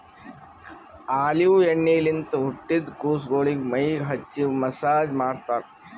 olive ಎಣ್ಣಿಲಿಂತ್ ಹುಟ್ಟಿದ್ ಕುಸಗೊಳಿಗ್ ಮೈಗ್ ಹಚ್ಚಿ ಮಸ್ಸಾಜ್ ಮಾಡ್ತರ್